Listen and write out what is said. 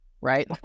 right